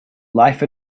life